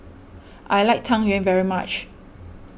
I like Tang Yuen very much